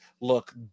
look